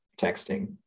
texting